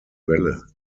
welle